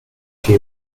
she